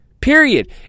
Period